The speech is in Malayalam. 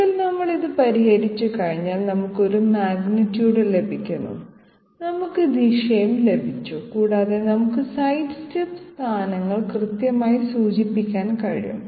ഒരിക്കൽ നമ്മൾ ഇത് പരിഹരിച്ചുകഴിഞ്ഞാൽ നമുക്ക് ഒരു മാഗ്നിറ്റ്യൂഡ് ലഭിക്കുന്നു നമ്മൾക്ക് ദിശയും ലഭിച്ചു കൂടാതെ നമുക്ക് സൈഡ്സ്റ്റെപ്പ് സ്ഥാനങ്ങൾ കൃത്യമായി സൂചിപ്പിക്കാൻ കഴിയും